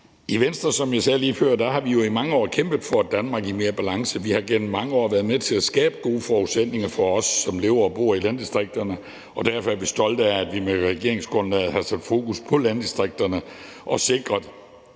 sagde lige før, i mange år kæmpet for et Danmark i bedre balance. Vi har gennem mange år været med til at skabe gode forudsætninger for os, som lever og bor i landdistrikterne, og derfor er vi stolte af, at vi med regeringsgrundlaget har sat fokus på landdistrikterne og på at